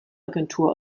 agentur